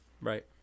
Right